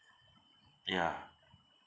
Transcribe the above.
ya